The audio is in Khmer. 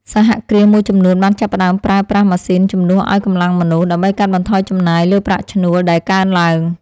សហគ្រាសមួយចំនួនបានចាប់ផ្តើមប្រើប្រាស់ម៉ាស៊ីនជំនួសឱ្យកម្លាំងមនុស្ស ដើម្បីកាត់បន្ថយចំណាយលើប្រាក់ឈ្នួលដែលកើនឡើង។